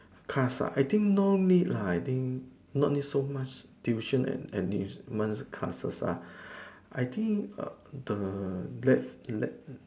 cars ah I think no need lah I think no need so much tuition and enrichment classes ah I think err the let let